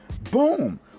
Boom